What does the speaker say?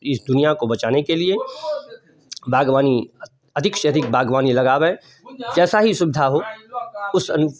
इस दुनिया को बचाने के लिए बागवानी अधिक से अधिक बागवानी लगाएँ जैसा ही सुविधा हो उस अनु